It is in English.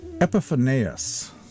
Epiphanius